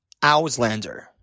Auslander